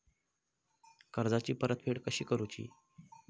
कर्जाची परतफेड कशी करुची?